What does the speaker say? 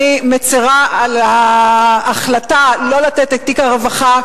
אני מצרה על ההחלטה שלא לתת את תיק הרווחה,